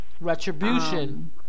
retribution